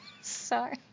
Sorry